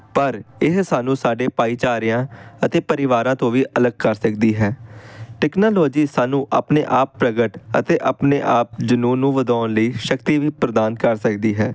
ਪਰ ਇਹ ਸਾਨੂੰ ਸਾਡੇ ਭਾਈਚਾਰਿਆਂ ਅਤੇ ਪਰਿਵਾਰਾਂ ਤੋਂ ਵੀ ਅਲੱਗ ਕਰ ਸਕਦੀ ਹੈ ਟੈਕਨਾਲੋਜੀ ਸਾਨੂੰ ਆਪਣੇ ਆਪ ਪ੍ਰਗਟ ਅਤੇ ਆਪਣੇ ਆਪ ਜਨੂੰਨ ਨੂੰ ਵਧਾਉਣ ਲਈ ਸ਼ਕਤੀ ਵੀ ਪ੍ਰਦਾਨ ਕਰ ਸਕਦੀ ਹੈ